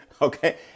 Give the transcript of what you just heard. Okay